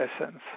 essence